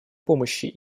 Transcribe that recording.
помощи